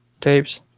tapes